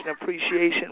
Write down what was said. Appreciation